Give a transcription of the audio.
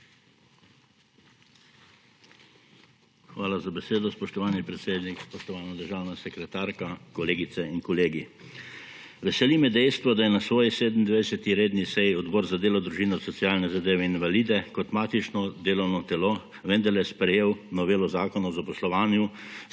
Hvala za besedo, spoštovani predsednik. Spoštovana državna sekretarka, kolegice in kolegi! Veseli me dejstvo, da je na svoji 27. redni seji Odbor za delo, družino, socialne zadeve in invalide kot matično delovno telo vendarle sprejel novelo Zakona o zaposlovanju,